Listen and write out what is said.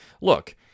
Look